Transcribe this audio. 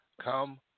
come